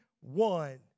one